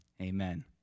amen